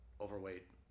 overweight